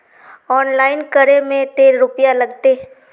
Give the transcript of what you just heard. Online करे में ते रुपया लगते?